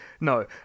No